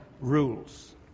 rules